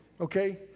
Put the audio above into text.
okay